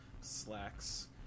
slacks